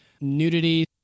nudity